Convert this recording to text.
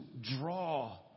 draw